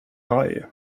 haj